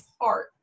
heart